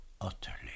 utterly